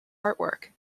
artwork